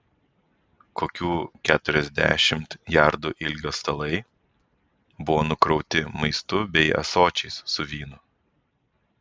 kokių keturiasdešimt jardų ilgio stalai buvo nukrauti maistu bei ąsočiais su vynu